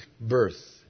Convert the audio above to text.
birth